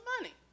money